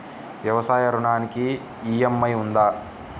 వ్యవసాయ ఋణానికి ఈ.ఎం.ఐ ఉందా?